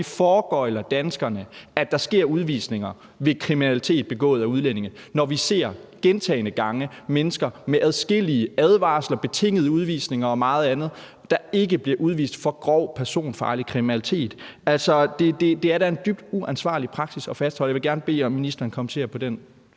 vi foregøgler danskerne, at der sker udvisninger ved kriminalitet begået af udlændinge, når vi gentagne gange ser mennesker med adskillige advarsler, betingede udvisninger og meget andet, der ikke bliver udvist for grov personfarlig kriminalitet? Altså, det er da en dybt uansvarlig praksis at fastholde, og jeg vil gerne bede om, at ministeren kommenterer på den